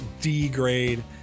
D-grade